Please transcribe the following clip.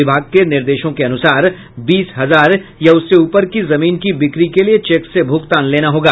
विभाग के निर्देशों के अनुसार बीस हजार या उससे ऊपर की जमीन की बिक्री के लिए चेक से भूगतान लेना होगा